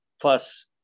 Plus